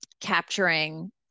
capturing